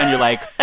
you're like, ah